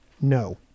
No